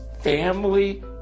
family